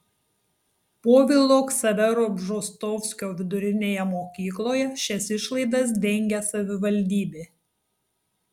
povilo ksavero bžostovskio vidurinėje mokykloje šias išlaidas dengia savivaldybė